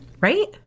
Right